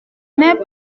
n’est